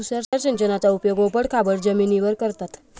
तुषार सिंचनाचा उपयोग ओबड खाबड जमिनीवर करतात